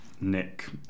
Nick